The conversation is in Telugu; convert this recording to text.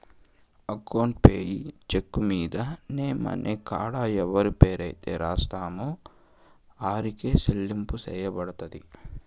అకౌంట్ పేయీ చెక్కు మీద నేమ్ అనే కాడ ఎవరి పేరైతే రాస్తామో ఆరికే సెల్లింపు సెయ్యబడతది